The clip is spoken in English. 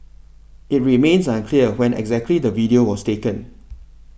it remains unclear when exactly the video was taken